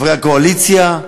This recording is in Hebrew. חברי הקואליציה,